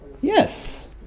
Yes